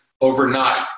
overnight